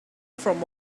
from